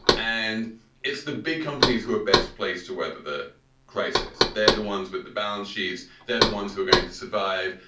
and it's the big companies who are best placed to weather the crisis. they're the ones with the balance sheets. they're the ones who are going to survive.